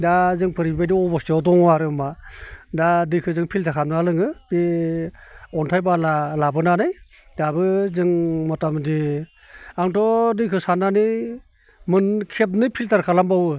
दा जोंफोर इबायदि अबस्थायाव दङ आरो होमब्ला दा दैखो जों फिलटार खालामना लोङो बे अन्थाइ बाला लाबोनानै दाबो जों मथामथि आंथ' दैखौ साननानै मोन खेबनै फिलटार खालाम बावो